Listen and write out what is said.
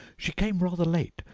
she came rather late,